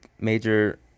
Major